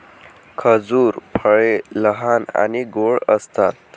खजूर फळे लहान आणि गोड असतात